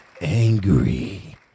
angry